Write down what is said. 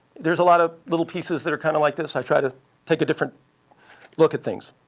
there's a lot of little pieces that are kind of like this. i try to take a different look at things.